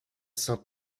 saint